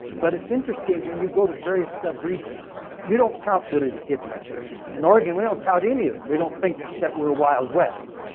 but it's interesting, when you go to various subregions you don't top billy the kid much up here in oregon, we don't tout any of them. we don't think that were wild west.